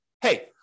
hey